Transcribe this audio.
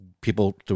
people